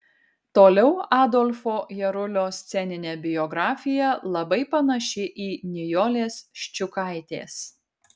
toliau adolfo jarulio sceninė biografija labai panaši į nijolės ščiukaitės